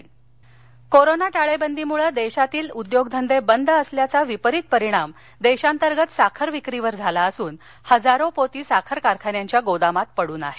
साखर कोरोना टाळेबंदीमुळं देशातील उद्योगधंदे बंद असल्याचा विपरीत परिणाम देशांतर्गत साखर विक्रीवर झाला असून हजारो पोती साखर कारखान्यांच्या गोदामात पडून आहे